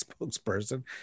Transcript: spokesperson